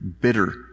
bitter